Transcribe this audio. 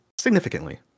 significantly